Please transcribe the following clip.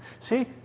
See